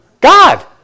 God